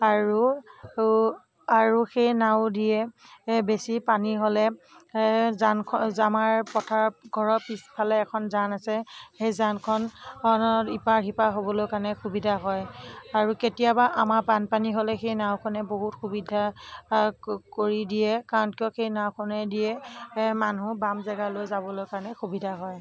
আৰু আৰু সেই নাওদিয়ে বেছি পানী হ'লে জানখন আমাৰ পথাৰত ঘৰৰ পিছফালে এখন জান আছে সেই জানখনৰ ইপাৰ সিপাৰ হ'বলৈ কাৰণে সুবিধা হয় আৰু কেতিয়াবা আমাৰ বানপানী হ'লে সেই নাওখনে বহুত সুবিধা কৰি দিয়ে কাৰণ কিয় সেই নাওখনেদিয়ে মানুহ বাম জেগালৈ যাবলৈ কাৰণে সুবিধা হয়